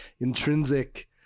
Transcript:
intrinsic